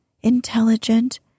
intelligent